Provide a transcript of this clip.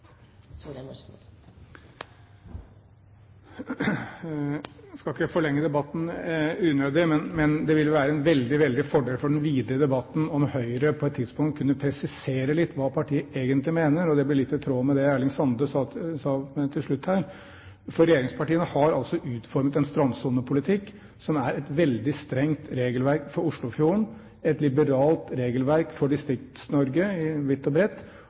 et tidspunkt kunne presisere hva partiet egentlig mener. Det blir litt i tråd med det Erling Sande sa til slutt her. For regjeringspartiene har altså utformet en strandsonepolitikk som er et veldig strengt regelverk for Oslofjorden, et liberalt regelverk for Distrikts-Norge vidt og bredt